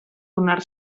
donar